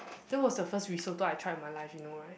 that was the first risotto I try in my life you know right